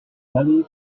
valley